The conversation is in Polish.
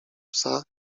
psa